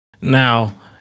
Now